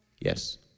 Yes